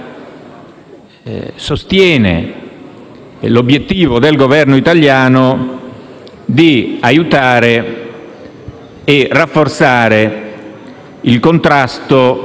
sostiene l'obiettivo del Governo italiano di aiutare e rafforzare il contrasto